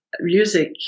music